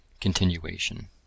CONTINUATION